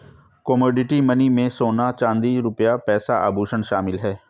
commodity money में सोना चांदी रुपया पैसा आभुषण शामिल है